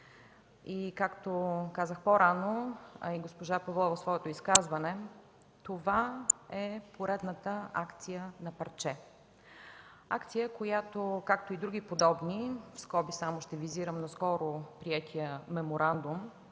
И, както казах по-рано, а и госпожа Павлова в своето изказване, това е поредната акция на парче, акция, която, както и други подобни в скоби само ще визирам наскоро приетия Меморандум